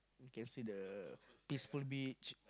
you can see the peaceful beach